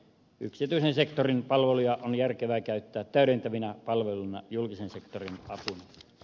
yksityisen sektorin palveluja on järkevää käyttää täydentävinä palveluina julkisen sektorin apuna